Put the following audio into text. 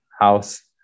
house